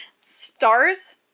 Stars